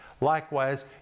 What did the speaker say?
Likewise